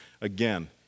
Again